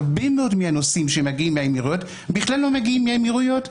הרבה מאוד מהנוסעים שמגיעים מהאמירויות בכלל לא מגיעים מהאמירויות.